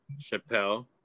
Chappelle